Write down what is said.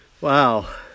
Wow